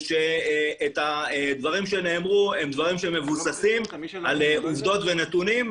שהדברים שנאמרו מבוססים על עובדות ונתונים,